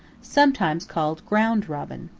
sometimes called ground robin.